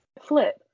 flip